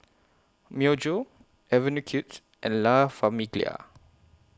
Myojo Avenue Kids and La Famiglia